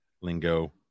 lingo